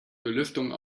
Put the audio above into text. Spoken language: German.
belüftung